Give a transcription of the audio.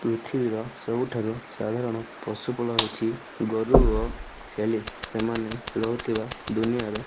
ପୃଥିବୀର ସବୁଠାରୁ ସାଧାରଣ ପଶୁପଲ ହଉଛି ଗୋରୁ ଓ ଛେଲି ସେମାନେ ରହୁଥିବା ଦୁନିଆର